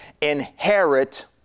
Inherit